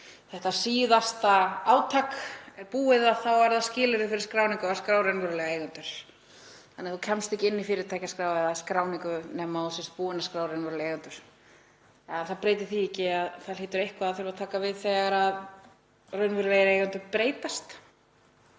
þetta síðasta átak er búið þá sé það skilyrði fyrir skráningu að skrá raunverulega eigendur, þannig að þú kemst ekki inn í fyrirtækjaskrá eða skráningu nema þú hafir skráð raunverulega eigendur. Það breytir því ekki að það hlýtur eitthvað að þurfa að taka við þegar raunverulegir eigendur breytast